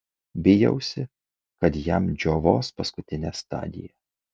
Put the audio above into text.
bijausi kad jam džiovos paskutinė stadija